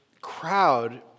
crowd